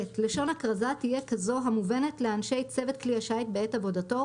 (ב) לשון הכרזה תהיה כזו המובנת לאנשי צוות כלי השיט בעת עבודתו,